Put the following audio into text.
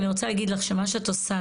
אני רוצה להגיד לך שמה שאת עושה,